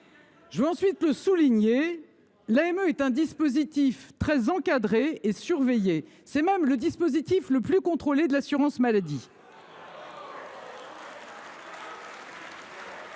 Je veux ensuite souligner que l’AME est un dispositif très encadré et surveillé. C’est même le dispositif le plus contrôlé de l’assurance maladie.